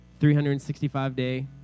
365-day